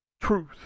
Truth